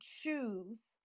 choose